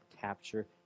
capture